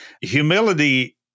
Humility